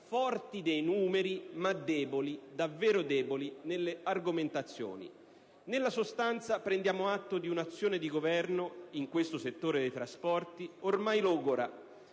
forti nei numeri, ma davvero deboli nelle argomentazioni. Nella sostanza prendiamo atto di un'azione di governo, in questo settore dei trasporti, ormai logora,